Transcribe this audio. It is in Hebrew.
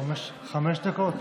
חמש דקות.